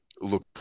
look